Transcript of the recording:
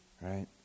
right